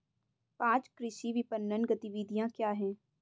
पाँच कृषि विपणन गतिविधियाँ क्या हैं?